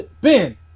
Ben